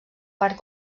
part